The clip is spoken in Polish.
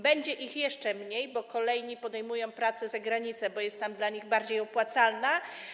Będzie ich jeszcze mniej, bo kolejni podejmują pracę za granicą, bo jest tam dla nich opłacalna.